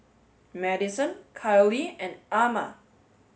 Madyson Kiley and Amma